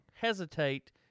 hesitate